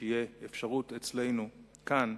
שתהיה אפשרות אצלנו כאן,